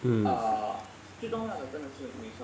mm